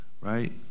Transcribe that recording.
right